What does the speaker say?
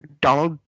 donald